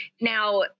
Now